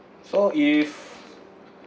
so if